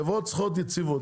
חברות צריכות יציבות,